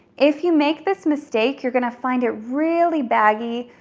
if you make this mistake, you're gonna find it really baggy,